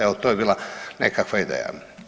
Evo to je bila nekakva ideja.